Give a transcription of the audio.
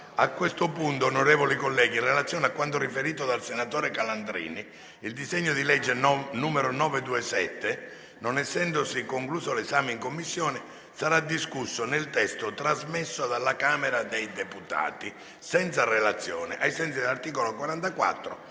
Allegato B).* Onorevoli colleghi, in relazione a quanto riferito dal senatore Calandrini, il disegno di legge n. 927, non essendosi concluso l'esame in Commissione, sarà discusso nel testo trasmesso dalla Camera dei deputati senza relazione, ai sensi dell'articolo 44,